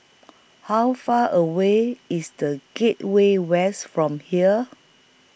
How Far away IS The Gateway West from here